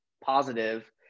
positive